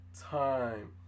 time